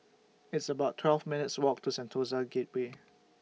It's about twelve minutes' Walk to Sentosa Gateway